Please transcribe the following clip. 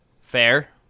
Fair